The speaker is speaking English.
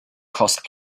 cost